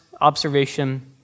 observation